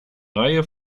reihe